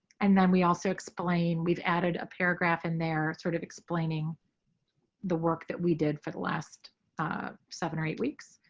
and then we also explain we've added a paragraph and they're sort of explaining the work that we did for the last seven or eight weeks.